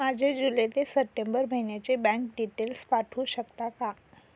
माझे जुलै ते सप्टेंबर महिन्याचे बँक डिटेल्स पाठवू शकता का?